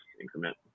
increment